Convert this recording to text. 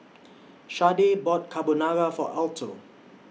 Shardae bought Carbonara For Alto